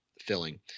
filling